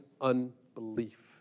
unbelief